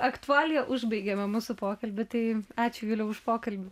aktualija užbaigiame mūsų pokalbį tai ačiū juliau už pokalbį